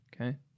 Okay